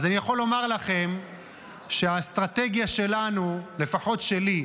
אז אני יכול לומר לכם שהאסטרטגיה שלנו, לפחות שלי,